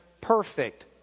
perfect